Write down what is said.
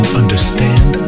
understand